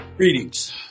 Greetings